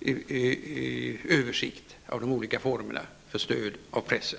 i översikten av de olika formerna för stöd till pressen?